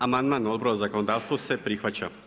Amandman Odbora za zakonodavstvo se prihvaća.